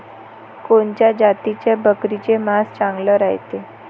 कोनच्या जातीच्या बकरीचे मांस चांगले रायते?